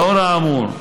לאור האמור,